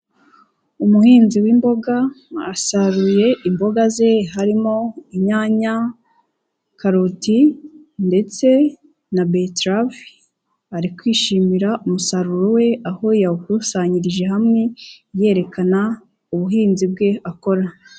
Umuhinzi wimboga asaruye imboga ze, harimo inyanya, karoti ndetse na beterave, ari kwishimira umusaruro we, aho yakusanyirije hamwe yerekana ubuhinzi bwe akora.